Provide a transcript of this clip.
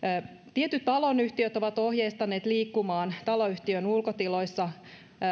tietyt taloyhtiöt ovat ohjeistaneet liikkumaan taloyhtiön ulkotiloissa